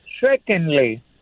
Secondly